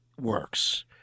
works